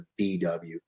BW